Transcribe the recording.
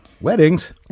Weddings